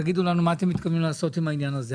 תגידו לנו מה אתם מתכוונים לעשות עם העניין הזה.